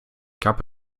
gab